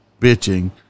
bitching